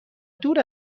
دور